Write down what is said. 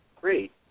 great